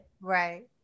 right